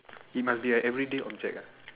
it must be a everyday object ah